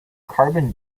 carbon